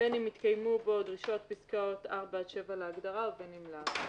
בין אם התקיימו בו דרישות פסקאות (4) עד (7) להגדרה ובין אם לאו.